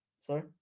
Sorry